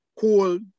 cold